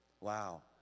Wow